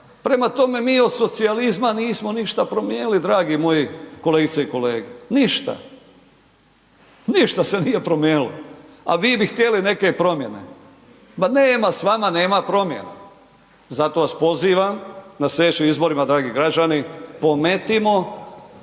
Prema tome, mi od socijalizma nismo ništa promijenili, dragi moji kolegice i kolege. Ništa. Ništa se nije promijenilo, a vi bi htjeli neke promjene. Ma nema s vama, nema promjene. Zato vas pozivam na sljedećim izborima, dragi građani, pometimo